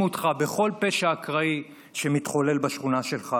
אותך בכל פשע אקראי שמתחולל בשכונה שלך.